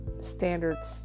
standards